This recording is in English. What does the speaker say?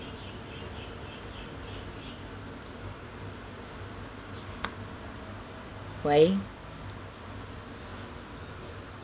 why